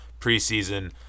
preseason